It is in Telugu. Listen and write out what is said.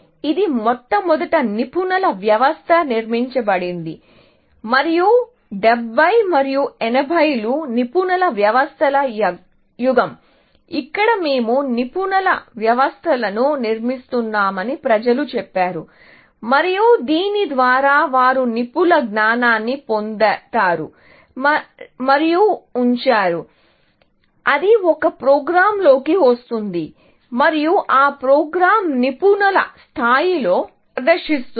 ఇది మొట్టమొదటి నిపుణుల వ్యవస్థగా నిర్మించబడింది మరియు 70 మరియు 80 లు నిపుణుల వ్యవస్థల యుగం ఇక్కడ మేము నిపుణుల వ్యవస్థలను నిర్మిస్తామని ప్రజలు చెప్పారు మరియు దీని ద్వారా వారు నిపుణుల జ్ఞానాన్ని పొందుతారు మరియు ఉంచారు అది ఒక ప్రోగ్రామ్లోకి వస్తుంది మరియు ఆ ప్రోగ్రామ్ నిపుణుల స్థాయిలో ప్రదర్శిస్తుంది